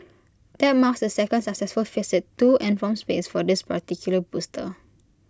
that marks the second successful visit to and from space for this particular booster